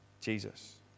Jesus